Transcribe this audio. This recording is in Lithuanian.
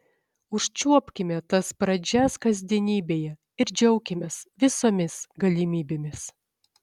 užčiuopkime tas pradžias kasdienybėje ir džiaukimės visomis galimybėmis